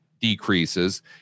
decreases